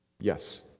Yes